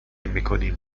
میکنیم